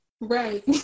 Right